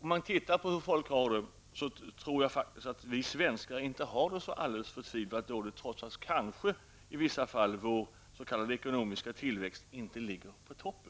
Om man tittar på hur folk har det, tror jag faktiskt inte att vi svenskar har det så förtvivlat dåligt trots att vår s.k. ekonomiska tillväxt i vissa fall inte ligger i topp.